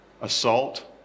assault